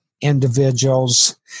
individuals